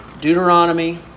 Deuteronomy